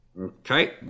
okay